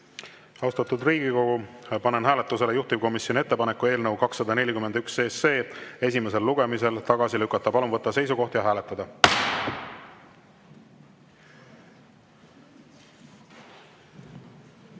Austatud kolleegid, panen hääletusele juhtivkomisjoni ettepaneku eelnõu 250 esimesel lugemisel tagasi lükata. Palun võtta seisukoht ja hääletada!